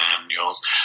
manuals